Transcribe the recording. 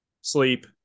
sleep